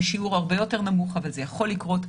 בשיעור הרבה יותר נמוך אבל זה יכול לקרות.